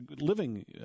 living